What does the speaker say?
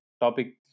topic